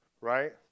Right